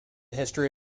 history